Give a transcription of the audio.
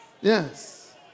Yes